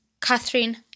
Catherine